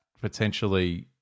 potentially